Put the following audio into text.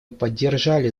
поддержали